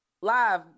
live